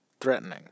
threatening